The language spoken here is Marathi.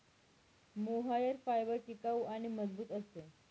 मोहायर फायबर टिकाऊ आणि मजबूत असते